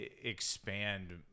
expand